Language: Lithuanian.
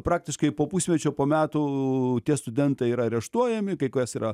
praktiškai po pusmečio po metų tie studentai yra areštuojami kai kas yra